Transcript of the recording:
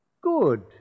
Good